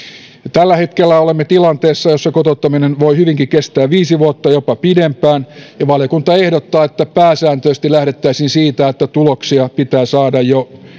tällä hetkellä olemme tilanteessa jossa kotouttaminen voi hyvinkin kestää viisi vuotta jopa pidempään ja valiokunta ehdottaa että pääsääntöisesti lähdettäisiin siitä että tuloksia pitää saada jo